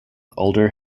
older